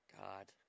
God